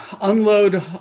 unload